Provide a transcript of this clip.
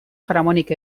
jaramonik